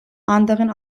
anderen